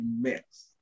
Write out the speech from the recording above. mix